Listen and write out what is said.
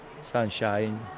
sunshine